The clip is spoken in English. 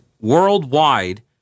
worldwide